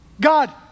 God